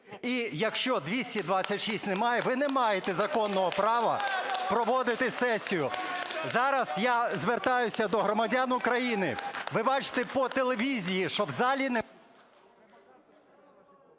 І якщо 226 немає, ви не маєте законного права проводити сесію. Зараз я звертаюся до громадян України. Ви бачите по телевізії, що в залі немає…